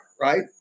right